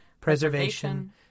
preservation